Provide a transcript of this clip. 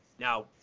Now